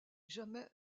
jamais